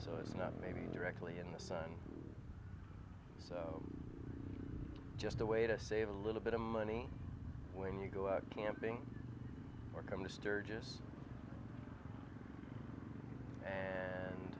so it's not maybe directly in the sun just a way to save a little bit of money when you go out camping or come to sturgis and